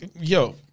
Yo